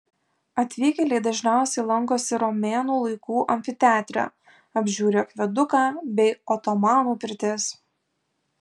atvykėliai dažniausiai lankosi romėnų laikų amfiteatre apžiūri akveduką bei otomanų pirtis